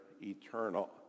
eternal